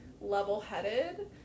level-headed